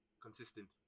Consistent